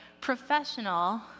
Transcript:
professional